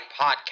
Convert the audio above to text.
podcast